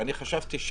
ואני חשבתי,